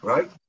Right